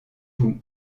vous